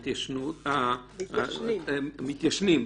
מתיישנים,